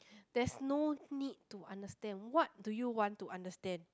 there's no need to understand what do you want to understand